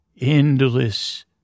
Endless